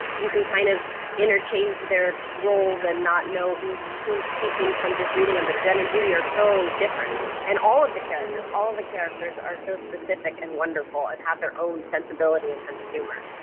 you can kind of interchange their roles and not know who's who's speaking from just reading em but jen and judy are so different, and all of the characters. all of the characters are so specific and wonderful and have their own sensibility and sense of humor.